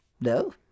No